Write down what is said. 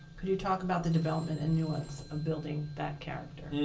could you talk about the development and nuance of building that character?